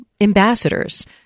ambassadors –